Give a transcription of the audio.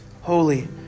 holy